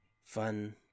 fun